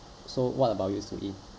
so what about you soo ee